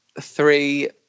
three